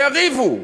שיריבו.